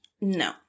No